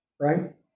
right